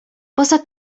poza